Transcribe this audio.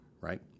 Right